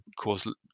cause